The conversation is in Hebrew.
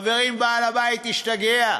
חברים, בעל-הבית השתגע.